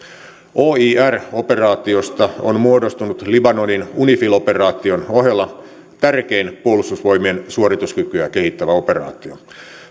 oir operaatiosta on muodostunut libanonin unifil operaation ohella tärkein puolustusvoimien suorituskykyä kehittävä operaatio